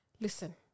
Listen